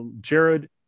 Jared